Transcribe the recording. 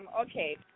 okay